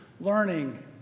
learning